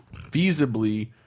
feasibly